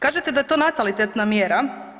Kažete da je to natalitetna mjera.